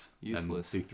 useless